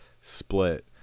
split